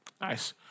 Nice